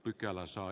kannatan ed